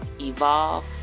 evolve